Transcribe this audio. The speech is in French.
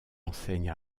enseigne